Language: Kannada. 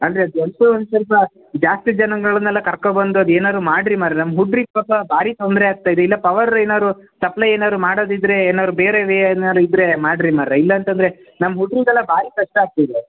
ಅಂದರೆ ಅದು ಎಂತೋ ಒಂದು ಸ್ವಲ್ಪ ಜಾಸ್ತಿ ಜನಗಳನ್ನೆಲ್ಲ ಕರ್ಕೊಬಂದು ಅದು ಏನಾದ್ರು ಮಾಡಿರೀ ಮಾರ್ರಾ ನಮ್ಮ ಹುಡ್ರಿಗೆ ಪಾಪ ಭಾರಿ ತೊಂದರೆ ಆಗ್ತಾ ಇದೆ ಇಲ್ಲ ಪವರ್ ಏನಾದ್ರು ಸಪ್ಲೈ ಏನಾದ್ರು ಮಾಡೋದಿದ್ದರೆ ಏನಾದ್ರು ಬೇರೆ ವೇ ಏನಾದ್ರು ಇದ್ದರೆ ಮಾಡಿರೀ ಮಾರ್ರಾ ಇಲ್ಲ ಅಂತಂದರೆ ನಮ್ಮ ಹುಡ್ಗ್ರಿಗೆಲ್ಲ ಭಾರಿ ಕಷ್ಟ ಆಗ್ತಿದೆ